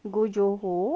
go johor